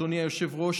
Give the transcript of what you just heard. אדוני היושב-ראש,